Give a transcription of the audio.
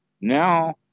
Now